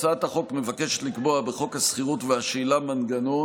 הצעת חוק מבקשת לקבוע בחוק השכירות והשאילה מנגנון